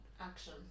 Action